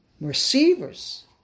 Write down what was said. Receivers